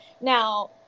Now